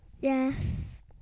Yes